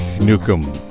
Newcomb